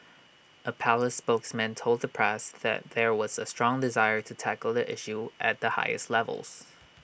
A palace spokesman told the press that there was A strong desire to tackle the issue at the highest levels